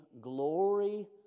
glory